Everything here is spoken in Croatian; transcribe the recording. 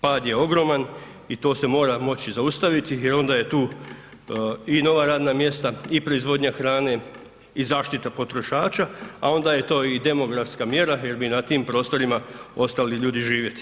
Pad je ogroman i to se mora moći zaustaviti jer onda je tu i nova radna mjesta i proizvodnja hrane i zaštita potrošača, a onda je to i demografska mjera jer bi na tim prostorima ostali ljudi živjeti.